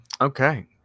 okay